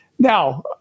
Now